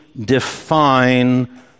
define